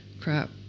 Crap